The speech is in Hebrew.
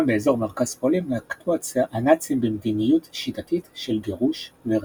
גם באזור מרכז פולין נקטו הנאצים במדיניות שיטתית של גירוש ורצח.